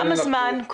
כמה זמן?